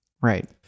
Right